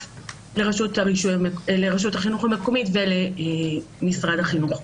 לרשות החינוך המקומית ולמשרד החינוך.